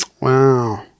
Wow